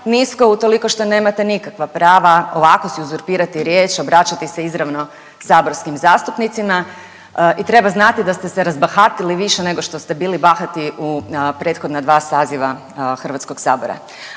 Nisko utoliko što nemate nikakva prava ovako si uzurpirati riječ, obraćati se izravno saborskim zastupnicima. I treba znati da ste se razbahatili više nego što ste bili bahati u prethodna dva saziva Hrvatskog sabora.